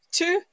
two